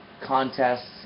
contests